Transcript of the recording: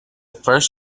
first